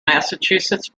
massachusetts